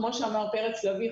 כמו שאמר פרץ לביא,